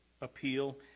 appeal